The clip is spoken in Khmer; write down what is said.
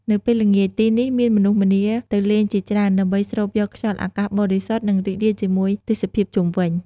នៅពេលល្ងាច ទីនេះមានមនុស្សម្នាទៅលេងជាច្រើន ដើម្បីស្រូបយកខ្យល់អាកាសបរិសុទ្ធ និងរីករាយជាមួយទេសភាពជុំវិញ។